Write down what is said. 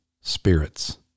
spirits